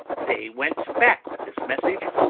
they went back with this message,